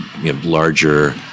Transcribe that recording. larger